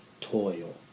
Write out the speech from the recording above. toil